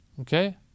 Okay